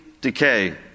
decay